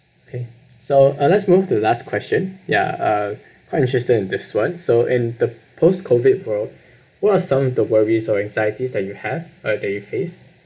okay so uh let's move to the last question ya uh quite interesting in this one so in the post COVID world what are some of the worries or anxieties that you have or that you face